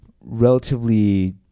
relatively